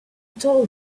told